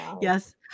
yes